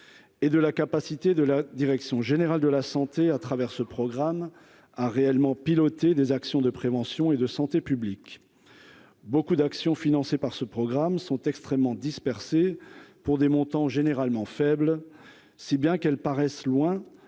et de la capacité de la direction générale de la santé à travers ce programme a réellement piloter des actions de prévention et de santé publique, beaucoup d'actions financées par ce programme sont extrêmement dispersé, pour des montants généralement faibles, si bien qu'elles paraissent loin